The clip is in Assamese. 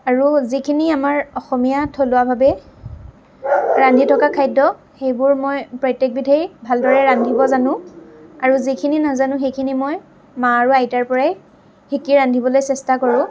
আৰু যিখিনি আমাৰ অসমীয়া থলুৱাভাৱে ৰান্ধি থকা খাদ্য সেইবোৰ মই প্ৰত্যেকবিধেই ভালদৰে ৰান্ধিব জানোঁ আৰু যিখিনি নাজানোঁ সেইখিনি মই মা আৰু আইতাৰ পৰাই শিকি ৰান্ধিবলৈ চেষ্টা কৰোঁ